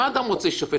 השתגעת?